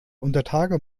untertage